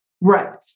Right